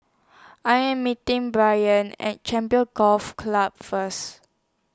I Am meeting Brayan At Champions Golf Club First